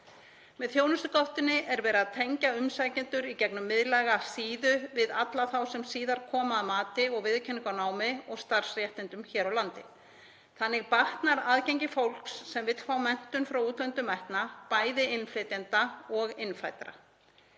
Með þjónustugáttinni er verið að tengja umsækjendur í gegnum miðlæga síðu við alla þá sem síðar koma að mati og viðurkenningu á námi og starfsréttindum hér á landi. Þannig batnar aðgengi fólks sem vill fá menntun frá útlöndum metna, bæði innflytjenda og innfæddra.